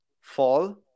fall